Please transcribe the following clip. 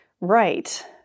Right